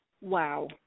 Wow